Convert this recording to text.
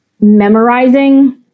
memorizing